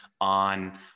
on